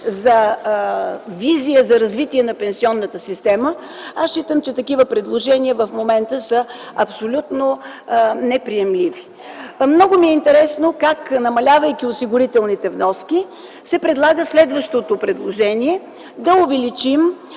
за визия за развитие на пенсионната система. Аз смятам, че такива предложения в момента са абсолютно неприемливи. Много ми е интересно, как, намалявайки осигурителните вноски, се прави следващото предложение да увеличим